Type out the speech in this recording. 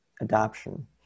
adoption